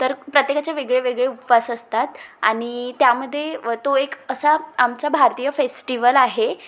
तर प्रत्येकाचे वेगळे वेगळे उपवास असतात आणि त्यामध्ये तो एक असा आमचा भारतीय फेस्टिवल आहे